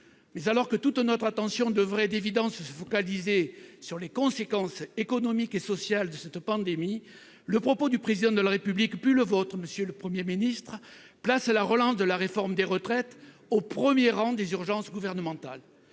Alors que toute notre attention devrait à l'évidence se concentrer sur les conséquences économiques et sociales de cette pandémie, les propos du Président de la République, puis les vôtres, monsieur le Premier ministre, placent la relance de la réforme des retraites au premier rang des urgences gouvernementales.